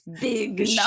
big